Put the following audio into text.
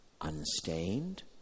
unstained